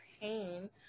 pain